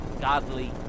godly